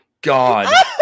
God